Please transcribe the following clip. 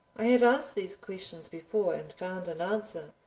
i had asked these questions before and found an answer.